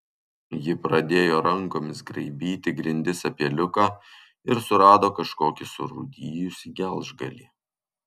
ji pradėjo rankomis graibyti grindis apie liuką ir surado kažkokį surūdijusį gelžgalį